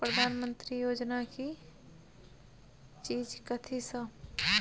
प्रधानमंत्री योजना की चीज कथि सब?